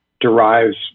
derives